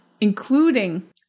including